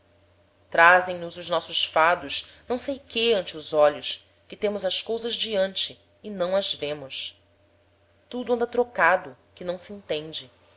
mais trazem nos os nossos fados não sei quê ante os olhos que temos as cousas diante e não as vemos tudo anda trocado que não se entende